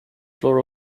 floor